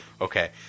Okay